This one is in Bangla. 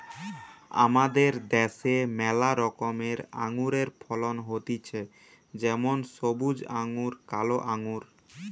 আমাদের দ্যাশে ম্যালা রকমের আঙুরের ফলন হতিছে যেমন সবুজ আঙ্গুর, কালো আঙ্গুর